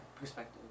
perspective